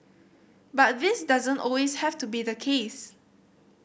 but this doesn't always have to be the case